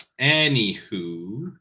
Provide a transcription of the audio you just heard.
Anywho